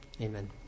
Amen